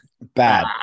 bad